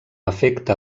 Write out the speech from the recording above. efecte